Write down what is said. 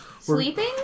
Sleeping